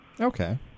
Okay